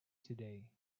today